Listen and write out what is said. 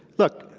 look